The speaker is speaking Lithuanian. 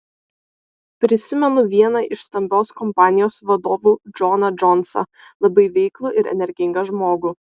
prisimenu vieną iš stambios kompanijos vadovų džoną džonsą labai veiklų ir energingą žmogų